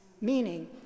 meaning